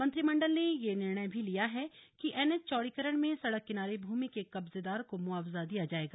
मंत्रीमंडल ने यह भी निर्णय लिया है कि एनएच चौड़ीकरण में सड़क किनारे भूमि के कब्जेदार को मुआवजा दिया जाएगा